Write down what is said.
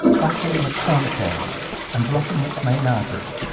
by putting a tourniquet on it and blocking its main artery,